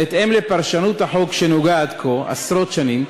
בהתאם לפרשנות החוק שנהוגה עד כה, עשרות שנים,